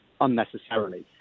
unnecessarily